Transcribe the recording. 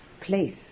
place